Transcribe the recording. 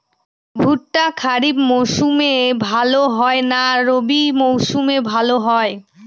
ভুট্টা খরিফ মৌসুমে ভাল হয় না রবি মৌসুমে ভাল হয়?